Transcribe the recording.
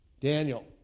Daniel